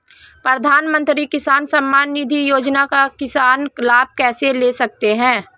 प्रधानमंत्री किसान सम्मान निधि योजना का किसान लाभ कैसे ले सकते हैं?